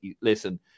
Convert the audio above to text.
listen